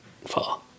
far